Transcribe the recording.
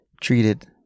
treated